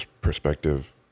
perspective